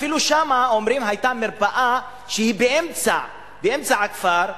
אפילו, אומרים, היתה שמה מרפאה באמצע הכפר.